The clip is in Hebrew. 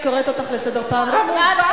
אני קוראת אותך לסדר פעם ראשונה.